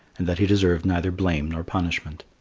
and that he deserved neither blame nor punishment.